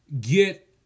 get